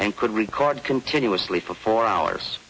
and could record continuously for four hours